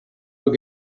were